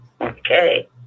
Okay